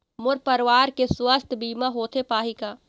मोर परवार के सुवास्थ बीमा होथे पाही का?